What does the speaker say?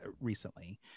recently